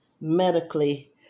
medically